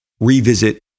revisit